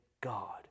God